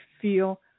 feel